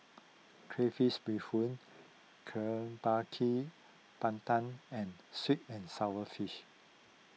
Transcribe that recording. Crayfish BeeHoon Kuih Bar Kee Pandan and Sweet and Sour Fish